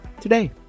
today